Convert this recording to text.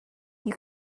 you